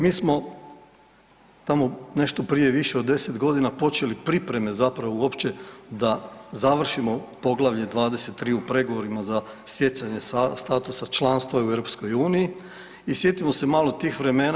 Mi smo tamo nešto prije više od 10.g. počeli pripreme zapravo uopće da završimo Poglavlje 23. u pregovorima za stjecanje statusa članstva u EU i sjetimo se malo tih vremena.